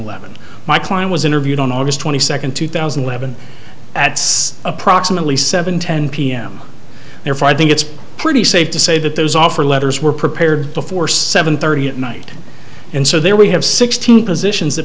eleven my client was interviewed on august twenty second two thousand and eleven at approximately seven ten pm therefore i think it's pretty safe to say that those offer letters were prepared before seven thirty at night and so there we have sixteen positions that